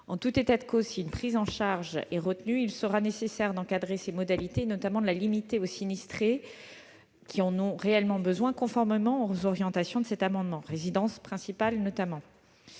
En tout état de cause, si une prise en charge est retenue, il sera nécessaire d'encadrer ses modalités, notamment de la limiter aux sinistrés qui en ont réellement besoin, conformément à l'esprit de cet amendement- le fait que le bien